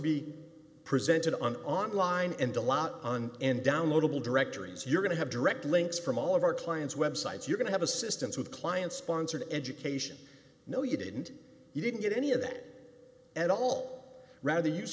be presented on online and a lot on and downloadable directories you're going to have direct links from all of our clients websites you're going to have assistance with client sponsored education no you didn't you didn't get any of that it at all rather